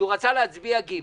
שרצה להצביע ג'